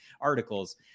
articles